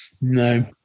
no